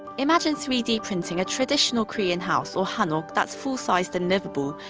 imagine three d printing a traditional korean house, or hanok, that's full-sized and livable.